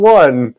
one